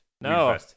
no